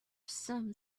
some